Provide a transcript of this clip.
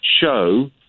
show